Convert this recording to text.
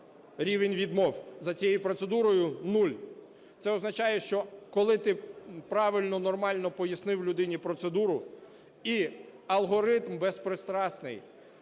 Рівень відмов за цією процедурою – нуль. Це означає, що коли ти правильно, нормально пояснив людині процедуру, і алгоритм безпристрасний